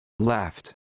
Left